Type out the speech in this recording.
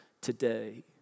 today